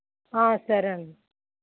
సరే అన్న